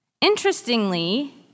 Interestingly